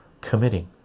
committing